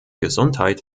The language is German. gesundheit